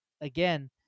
again